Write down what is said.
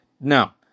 Now